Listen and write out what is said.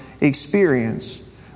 experience